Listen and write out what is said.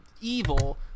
evil